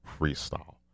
freestyle